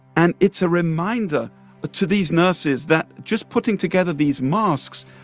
and it's a reminder to these nurses that just putting together these masks,